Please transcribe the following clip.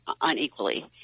unequally